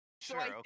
Sure